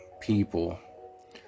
people